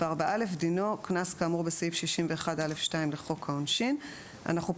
4א דינו קנס כאמור בסעיף 61(א)(2) לחוק העונשין".